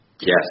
Yes